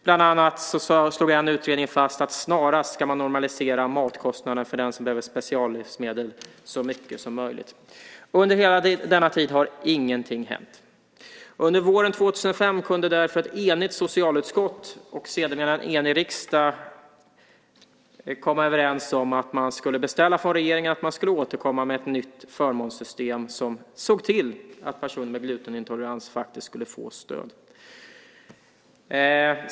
Bland annat slog en utredning fast att man snarast ska normalisera matkostnaderna så mycket som möjligt för den som behöver speciallivsmedel. Under hela denna tid har ingenting hänt. Under våren 2005 kunde därför ett enigt socialutskott och sedermera en enig riksdag komma överens om att man från regeringen skulle beställa att den skulle återkomma med ett nytt förmånssystem som såg till att personer med glutenintolerans faktiskt skulle få stöd.